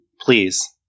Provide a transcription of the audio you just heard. Please